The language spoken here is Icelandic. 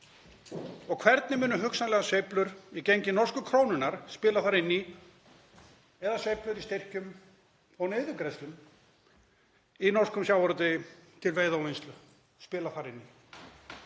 Hvernig munu hugsanlegar sveiflur í gengi norsku krónunnar spila þar inn í eða sveiflur í styrkjum og niðurgreiðslum í norskum sjávarútvegi til veiða og vinnslu spila þar inn í?